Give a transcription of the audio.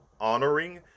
honoring